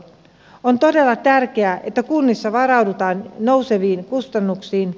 on todella tärkeää että kunnissa varaudutaan nouseviin kustannuksiin